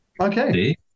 okay